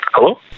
Hello